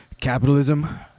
capitalism